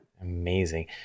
Amazing